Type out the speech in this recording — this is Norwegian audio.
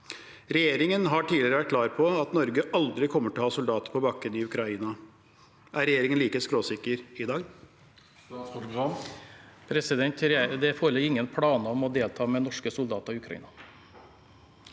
Regjeringen har tidligere vært klar på at Norge aldri kommer til å ha soldater på bakken i Ukraina. Er regjeringen like skråsikker i dag? Statsråd Bjørn Arild Gram Det forelig- ger ingen planer om å delta med norske soldater i Ukraina.